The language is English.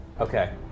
Okay